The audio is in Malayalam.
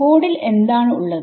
കോഡിൽ എന്താണ് ഉള്ളത്